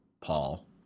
Paul